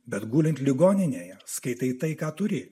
bet gulint ligoninėje skaitai tai ką turi